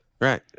Right